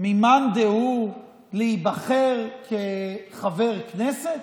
ממאן דהוא להיבחר כחבר כנסת?